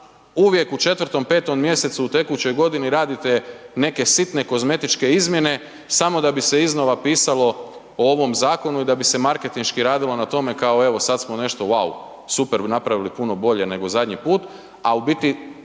uvijek u 4., 5. mj. tekućoj godini radite neke sitne kozmetičke izmjene samo da bi se iznova pisalo o ovom zakonu i da bi se marketinški radilo na tome kao evo sad smo nešto wow super napravili puno bolje nego zadnji put a u biti